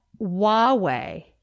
huawei